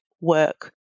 Work